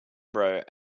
borough